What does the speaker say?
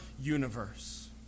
universe